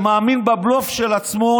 שמאמין בבלוף של עצמו,